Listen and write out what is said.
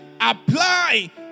apply